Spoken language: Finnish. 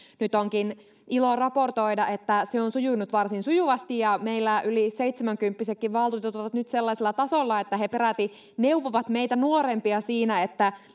nyt onkin ilo raportoida että se on sujunut varsin sujuvasti ja meillä yli seitsemänkymppisetkin valtuutetut ovat nyt sellaisella tasolla että he peräti neuvovat meitä nuorempia siinä